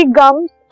gums